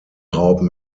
raupen